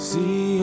See